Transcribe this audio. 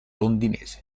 londinese